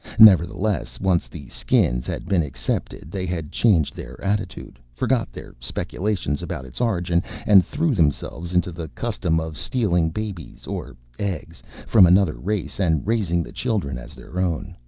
nevertheless, once the skins had been accepted they had changed their attitude, forgot their speculations about its origin and threw themselves into the custom of stealing babies or eggs from another race and raising the children as their own.